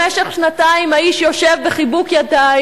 במשך שנתיים האיש יושב בחיבוק ידיים,